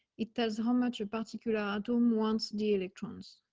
it does, how much a particular item wants the electrons.